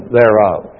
thereof